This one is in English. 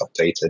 updated